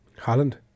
Holland